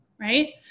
right